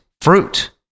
fruit